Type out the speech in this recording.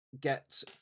get